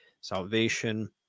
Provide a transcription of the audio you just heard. salvation